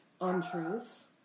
untruths